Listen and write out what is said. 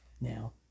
Now